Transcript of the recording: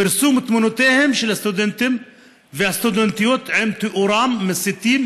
פרסום תמונותיהם של הסטודנטים והסטודנטיות עם תיאורם "מסיתים",